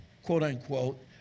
quote-unquote